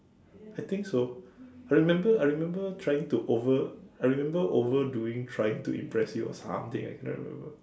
I think so I remember I remember trying to over I remember over doing trying to impress you or something I cannot remember